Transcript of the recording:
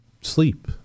sleep